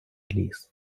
ліс